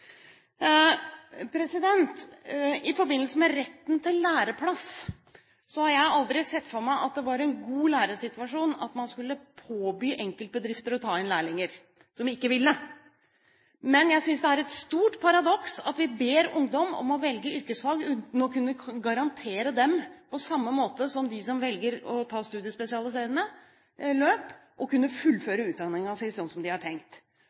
I forbindelse med retten til læreplass har jeg aldri sett for meg at det var en god læresituasjon at man skulle påby enkeltbedrifter som ikke ville, å ta inn lærlinger. Men jeg synes det er et stort paradoks at vi ber ungdom om å velge yrkesfag uten å kunne garantere dem, på samme måte som de som velger å ta studiespesialiserende løp, å kunne fullføre utdanningen sin sånn som de har tenkt.